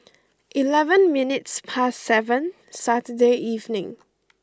eleven minutes past seven Saturday evening